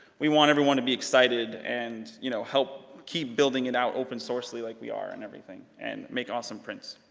we want everyone to be excited, and you know, help keep building it out open sourcely like we are and everything, and make awesome prints.